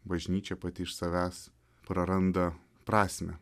bažnyčia pati iš savęs praranda prasmę